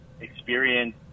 experience